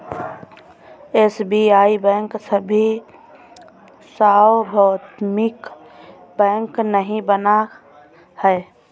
SBI bank अभी सार्वभौमिक bank नहीं बना है